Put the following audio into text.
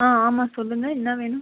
ஆ ஆமாம் சொல்லுங்கள் என்ன வேணும்